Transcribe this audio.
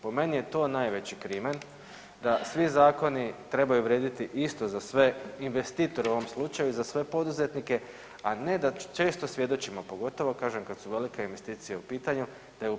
Po meni je to najveći krimen, da svi zakoni trebaju vrijediti isto za sve investitore u ovom slučaju, za sve poduzetnike, a ne da često svjedočimo, pogotovo kažem kad su velike investicije u pitanju da je upravo suprotno.